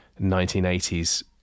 1980s